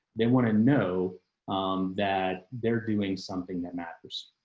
they want to know that they're doing something that matters.